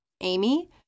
Amy